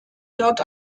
dort